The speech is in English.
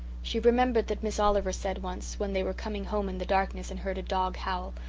she remembered that miss oliver said once, when they were coming home in the darkness and heard a dog howl,